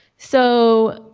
so,